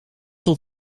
tot